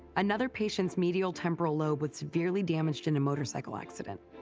another patient's medial temporal lobe was severely damaged in a motorcycle accident.